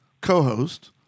co-host